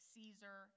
Caesar